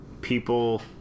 people